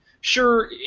sure